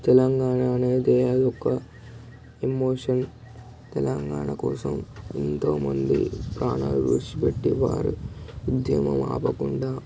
తెలంగాణ అనేది అది ఒక ఎమోషన్ తెలంగాణ కోసం ఎంతో మంది ప్రాణాలు విడిచిపెట్టి వారు ఉద్యమం ఆపకుండా